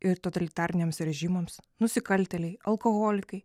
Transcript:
ir totalitariniams režimams nusikaltėliai alkoholikai